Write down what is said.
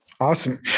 awesome